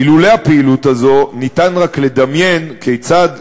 אילולא הפעילות הזאת אפשר רק לדמיין כיצד,